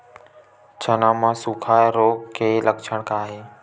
चना म सुखा रोग के लक्षण का हे?